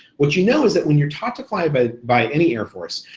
what you know is that when you're taught to fly by by any air force,